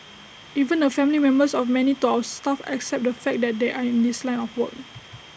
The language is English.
even the family members of many door staff accept the fact that they are in this line of work